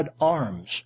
arms